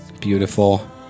Beautiful